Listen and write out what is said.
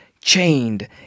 chained